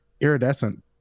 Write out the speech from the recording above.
iridescent